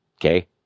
Okay